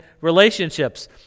relationships